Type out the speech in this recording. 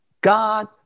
God